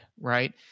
right